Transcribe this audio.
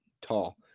tall